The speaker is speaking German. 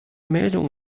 meldungen